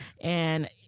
and-